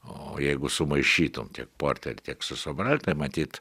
o jeigu sumaišytum tiek porterį tiek su sobraliu tai matyt